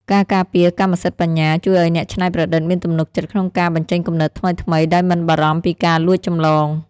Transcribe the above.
ការការពារកម្មសិទ្ធិបញ្ញាជួយឱ្យអ្នកច្នៃប្រឌិតមានទំនុកចិត្តក្នុងការបញ្ចេញគំនិតថ្មីៗដោយមិនបារម្ភពីការលួចចម្លង។